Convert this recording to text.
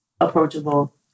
approachable